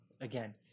again